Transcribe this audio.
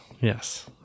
yes